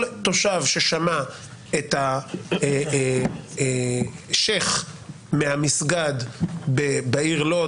כל תושב ששמע את השיח' מהמסגד בעיר לוד